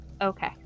Okay